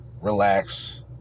relax